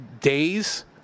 days